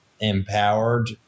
empowered